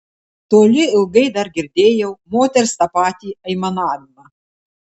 toli ilgai dar girdėjau moters tą patį aimanavimą